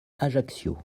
ajaccio